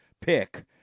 pick